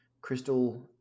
Crystal